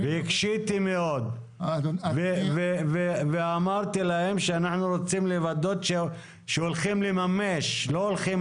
הקשיתי מאוד ואמרתי להם שאנחנו רוצים לוודא שהולכים לממש ולא הולכים